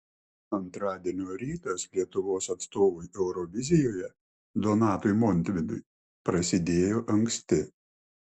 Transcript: antradienio rytas lietuvos atstovui eurovizijoje donatui montvydui prasidėjo anksti